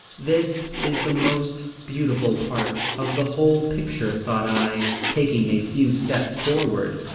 this is the most beautiful part of the whole picture, thought i, taking a few steps forward.